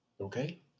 okay